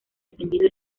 defendido